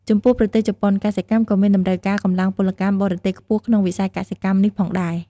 ចំពោះប្រទេសជប៉ុនកសិកម្មក៏មានតម្រូវការកម្លាំងពលកម្មបរទេសខ្ពស់ក្នុងវិស័យកសិកម្មនេះផងដែរ ។